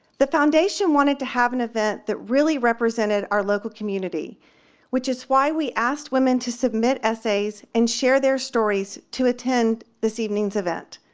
the foundation wanted to have an event that really represented our local community which is why we asked women to submit essays and share their stories to attend this evening's event.